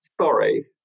sorry